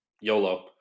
YOLO